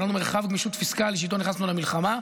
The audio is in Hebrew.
היה לנו מרחב גמישות פיסקלי שאיתו נכנסנו למלחמה,